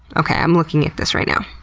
okay, i'm looking at this right now.